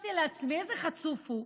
חשבתי לעצמי, איזה חצוף הוא,